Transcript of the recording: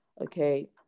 okay